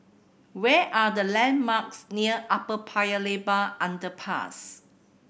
where are the landmarks near Upper Paya Lebar Underpass